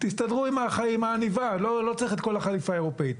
תסתדרו עם העניבה, לא צריך את כל החליפה האירופית.